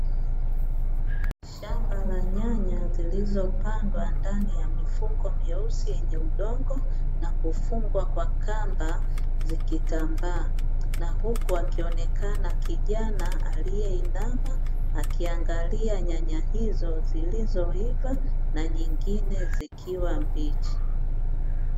Shamba la nyanya zilizopandwa ndani ya mifuko myeusi yenye udongo na kufungwa kwa kamba zikitambaa na huku akionekana kijana aliyeinama akiangalia nyanya hizo zilizoiva na nyingine zikiwa mbichi.